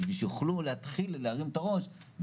בשביל שיוכלו להתחיל להרים את הראש,